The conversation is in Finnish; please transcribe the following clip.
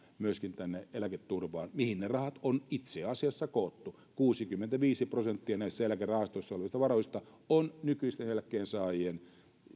käyttää myöskin tänne eläketurvaan mihin ne rahat on itse asiassa koottu kuusikymmentäviisi prosenttia näissä eläkerahastoissa olevista varoista on nykyisten eläkkeensaajien